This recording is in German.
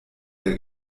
der